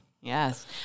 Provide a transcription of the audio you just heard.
Yes